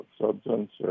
substance